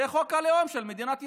זה חוק הלאום של מדינת ישראל.